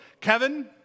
Kevin